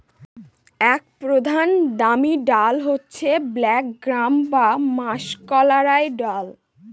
এক প্রধান দামি ডাল হচ্ছে ব্ল্যাক গ্রাম বা মাষকলাইর দল